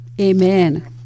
Amen